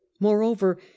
Moreover